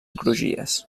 crugies